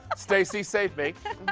but stacy save me.